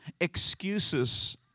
excuses